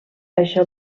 això